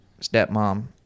stepmom